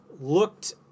looked